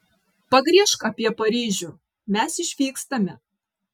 pagriežk apie paryžių mes išvykstame